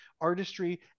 artistry